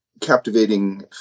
captivating